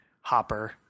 Hopper